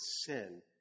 sin